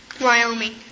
Wyoming